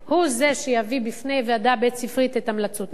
הוא זה שיביא בפני ועדה בית-ספרית את המלצותיו.